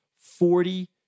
Forty